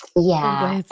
yeah.